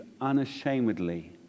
unashamedly